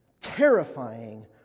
terrifying